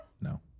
No